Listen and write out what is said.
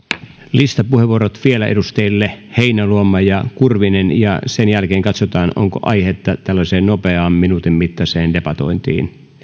listapuheenvuorot vielä edustajille heinäluoma ja kurvinen ja sen jälkeen katsotaan onko aihetta tällaiseen nopeaan minuutin mittaiseen debatointiin